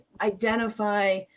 identify